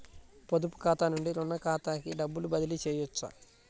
పొదుపు ఖాతా నుండీ, రుణ ఖాతాకి డబ్బు బదిలీ చేయవచ్చా?